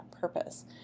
purpose